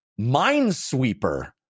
Minesweeper